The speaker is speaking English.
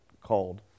called